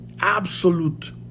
absolute